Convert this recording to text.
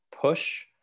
push